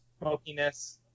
smokiness